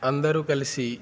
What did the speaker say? అందరూ కలిసి